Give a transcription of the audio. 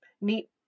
neat